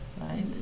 right